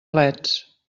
leds